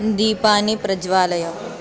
दीपानि प्रज्वालय